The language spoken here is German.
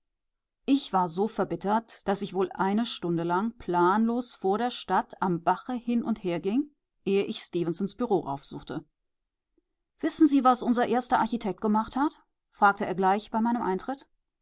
ich war so verbittert daß ich wohl eine stunde lang planlos vor der stadt am bache hin und her ging ehe ich stefensons büro aufsuchte wissen sie was unser erster architekt gemacht hat fragte er gleich bei meinem eintritt